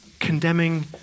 Condemning